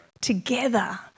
Together